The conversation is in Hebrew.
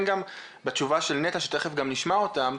גם בתשובה של נת"ע שתיכף גם נשמע אותם,